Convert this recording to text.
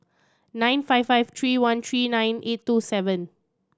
nine five five three one three nine eight two seven